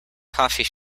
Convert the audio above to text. coffee